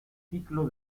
ciclo